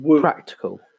practical